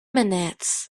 minutes